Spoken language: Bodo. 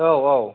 औ औ